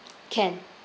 can